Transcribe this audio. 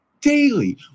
daily